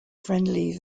friendly